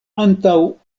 antaŭ